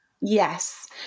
Yes